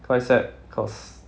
quite sad cause